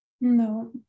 No